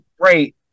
great